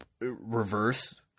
reverse